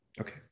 Okay